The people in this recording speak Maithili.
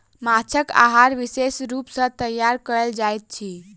माँछक आहार विशेष रूप सॅ तैयार कयल जाइत अछि